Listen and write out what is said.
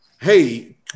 hey